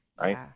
right